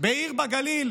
בעיר בגליל,